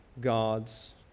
God's